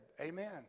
Amen